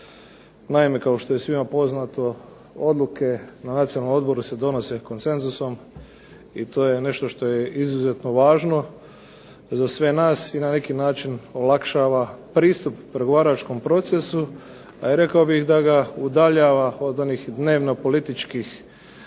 Naime kao što je svima poznato, odluke na Nacionalnom odboru se donose konsenzusom i to je nešto što je izuzetno važno za sve nas i na neki način olakšava pristup pregovaračkom procesu, a i rekao bih da ga udaljava od onih dnevno političkih